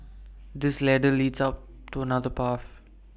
this ladder leads to another path